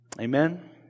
Amen